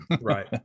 right